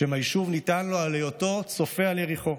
שם היישוב ניתן לו על היותו צופה על יריחו,